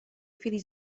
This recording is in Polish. chwili